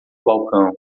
balcão